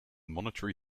monetary